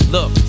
Look